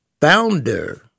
Founder